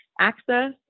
access